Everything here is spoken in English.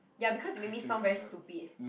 ya because you make me sound very stupid